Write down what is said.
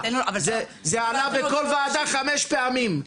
אז תן לו --- זה עלה בכל ועדה חמש פעמים,